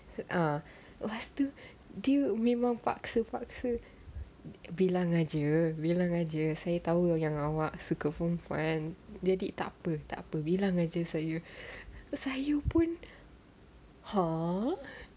ah lepas tu dia memang paksa paksa bilang ah jer bilang ah jer saya tahu yang awak suka perempuan jadi takpe takpe bilang ah jer saya pun !huh!